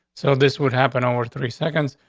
so this would happen over three seconds.